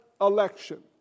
election